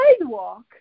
sidewalk